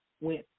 went